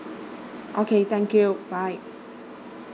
okay thank you bye